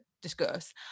discuss